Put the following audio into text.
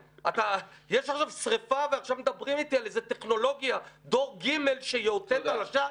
יש עכשיו שריפה ועכשיו מדברים אתי על טכנולוגיה סוג ג' כדי לגלות עשן?